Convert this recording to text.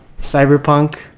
Cyberpunk